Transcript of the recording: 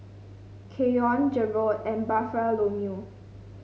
Keion Jarrod and Bartholomew